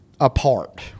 apart